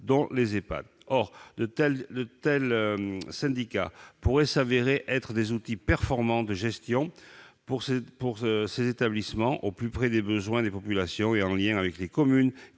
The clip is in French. dont les Ehpad. Or de tels syndicats pourraient se révéler des outils performants de gestion pour ces établissements, au plus près des besoins des populations et en lien avec les communes